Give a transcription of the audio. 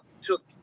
took